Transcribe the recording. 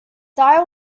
dyer